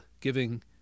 giving